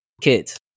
kids